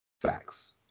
facts